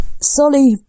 Sully